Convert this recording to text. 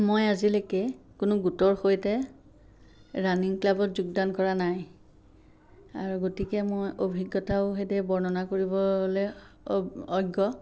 মই আজিলৈকে কোনো গোটৰ সৈতে ৰাণিং ক্লাবত যোগদান কৰা নাই আৰু গতিকে অভিজ্ঞতাও মই সেইদৰে বৰ্ণনা কৰিবলৈ হ'লে অ অজ্ঞ